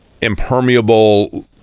impermeable